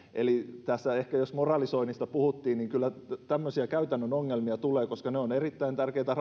eli tässä jos moralisoinnista puhuttiin niin kyllä tämmöisiä käytännön ongelmia tulee koska ne ovat erittäin tärkeää rahantuloa taas